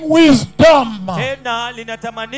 wisdom